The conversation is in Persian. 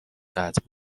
قطع